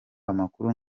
amakuru